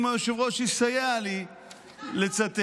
אם היושב-ראש יסייע לי לצטט,